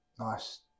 Nice